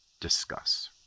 discuss